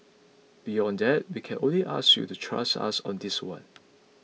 beyond that we can only ask you to trust us on this one